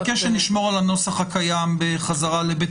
אני מבקש שנשמור על הנוסח הקיים בחזרה לבית